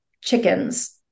chickens